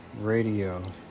radio